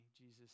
Jesus